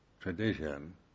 tradition